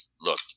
look